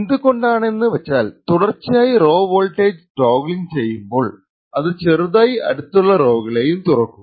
എന്തുകൊണ്ടാണെന്ന് വച്ചാൽതുടർച്ചയായി row voltage toggling ചെയ്യുമ്പോൾ അത് ചെറുതായി അടുത്തുള്ള റൊകളെയും തുറക്കും